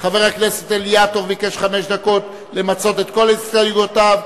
חשוון תשע"א, 1 בנובמבר 2010,